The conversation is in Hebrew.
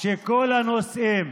שכל הנושאים